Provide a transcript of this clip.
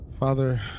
Father